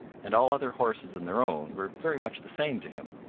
and all other horses than their own were very much the same to him.